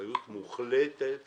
אחריות מוחלטת